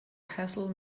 hassle